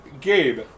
Gabe